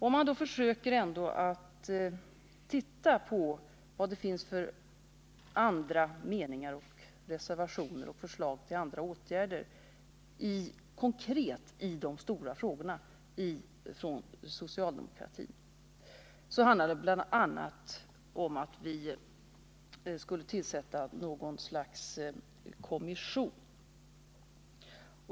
När man försöker ta reda på vilka skiljaktiga meningar och förslag till alternativa åtgärder som socialdemokratin reservationsvis för fram i de stora frågorna finner man att det bl.a. krävs att vi skall tillsätta något slags kommission.